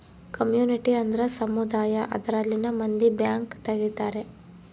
community ಅಂದ್ರ ಸಮುದಾಯ ಅದರಲ್ಲಿನ ಮಂದಿ ಬ್ಯಾಂಕ್ ತಗಿತಾರೆ